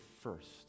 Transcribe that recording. first